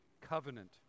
covenant